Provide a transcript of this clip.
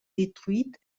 détruite